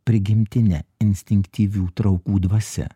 prigimtine instinktyvių traukų dvasia